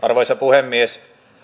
arvoisa puhemies